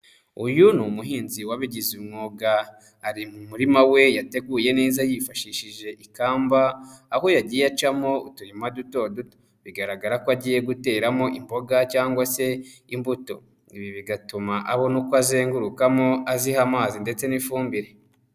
Uyu ni umuhinzi wabagize umwuga, ari mu murima we yateguye neza yifashishije ikamba, aho yagiye acamo uturima duto duto, bigaragara ko agiye guteramo imboga cyangwa se imbuto, ibi bigatuma abona uko azengurukamo aziha amazi ndetse n'ifumbire.